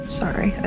sorry